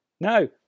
no